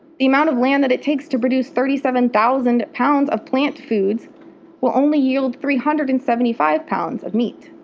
the amount of land that it takes to produce thirty seven thousand pounds of plant-based foods will only yield three hundred and seventy five pounds of meat.